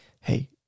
hey